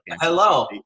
hello